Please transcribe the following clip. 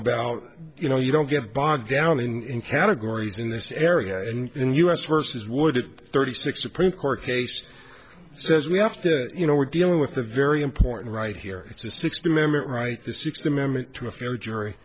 about you know you don't get bogged down in categories in this area and u s versus would it thirty six supreme court case says we have to you know we're dealing with a very important right here it's a sixty member it right the sixth amendment to a fair jury